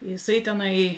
jisai tenai